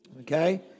okay